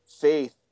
faith